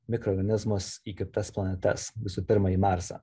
mikroorganizmus į kitas planetas visų pirma į marsą